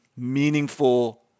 meaningful